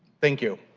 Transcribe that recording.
thank you.